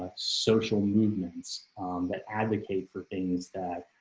social movements that advocate for things that